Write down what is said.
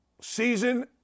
season